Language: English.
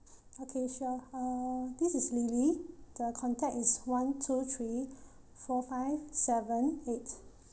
okay sure uh this is lily the contact is one two three four five seven eight